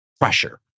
pressure